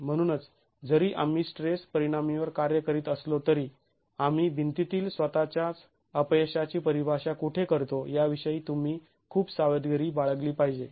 म्हणूनच जरी आम्ही स्ट्रेस परिणामींवर कार्य करीत असलो तरी आम्ही भिंंतीतील स्वतःच्याच अपयशाची परिभाषा कुठे करतो याविषयी तुम्ही खूप सावधगिरी बाळगली पाहिजे